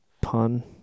pun